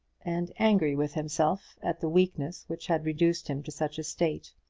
and angry with himself at the weakness which had reduced him to such a state.